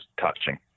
touching